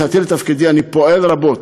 מאז כניסתי לתפקידי אני פועל רבות,